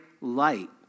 light